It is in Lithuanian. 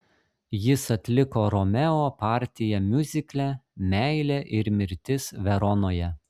jis atliko romeo partiją miuzikle meilė ir mirtis veronoje